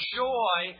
joy